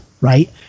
right